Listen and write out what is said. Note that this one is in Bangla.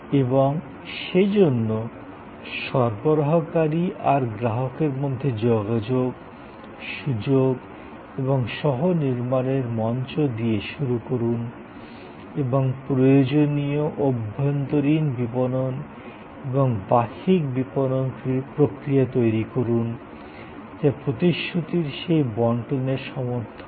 এবং সেইজন্য সরবরাহকারী আর গ্রাহকের মধ্যে যোগাযোগ সুযোগ এবং সহ নির্মাণের মঞ্চ দিয়ে শুরু করুন এবং প্রয়োজনীয় অভ্যন্তরীণ বিপণন এবং বাহ্যিক বিপণন প্রক্রিয়া তৈরি করুন যা প্রতিশ্রূতির সেই বন্টনের সমর্থন করে